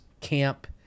camp